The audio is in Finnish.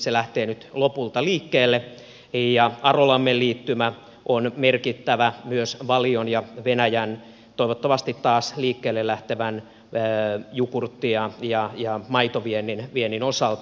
se lähtee nyt lopulta liikkeelle ja arolammin liittymä on merkittävä myös valion ja venäjän toivottavasti taas liikkeelle lähtevän jogurtti ja maitoviennin osalta